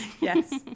Yes